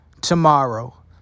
tomorrow